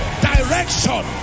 direction